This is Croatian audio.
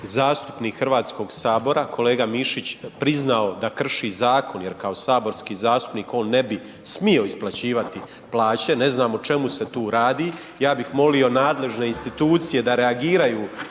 zastupnik HS-a kolega Mišić priznao da krši zakon jer kao saborski zastupnik on ne bi smio isplaćivati plaće, ne znam o čemu se tu radi. Ja bih molio nadležne institucije da reagiraju